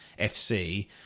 FC